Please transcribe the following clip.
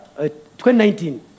2019